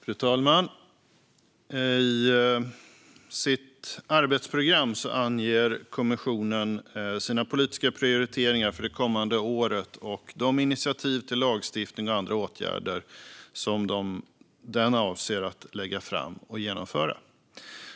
Fru talman! I sitt arbetsprogram anger kommissionen sina politiska prioriteringar för det kommande året och de initiativ till lagstiftning och andra åtgärder som den avser att lägga fram och genomföra.